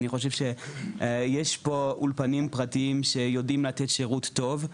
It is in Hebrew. אני חושב שיש פה אולפנים פרטיים שיודעים לתת שירות טוב,